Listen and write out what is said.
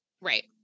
right